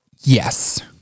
Yes